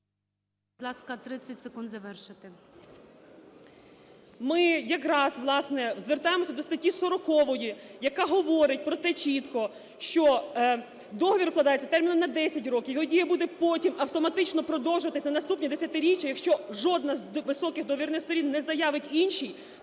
Ми якраз, власне, звертаємося до статті 40, яка говорить про те чітко, що договір укладається терміном на 10 років, його дія буде потім автоматично продовжуватися на наступні десятиріччя, якщо жодна з високих договірних сторін не заявить іншій